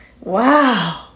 wow